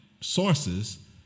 sources